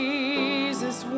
Jesus